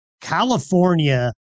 California